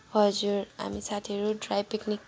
हजुर हामी साथीहरू ड्राइ पिकनिक